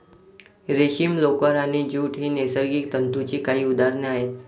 रेशीम, लोकर आणि ज्यूट ही नैसर्गिक तंतूंची काही उदाहरणे आहेत